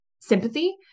sympathy